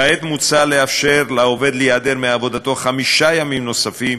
כעת מוצע לאפשר לעובד להיעדר מעבודתו חמישה ימים נוספים,